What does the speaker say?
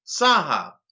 Saha